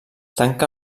tanca